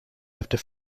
after